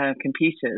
computers